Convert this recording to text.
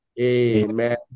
Amen